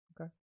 Okay